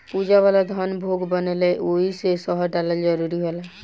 पूजा वाला जवन भोग बनेला ओइमे शहद डालल जरूरी होला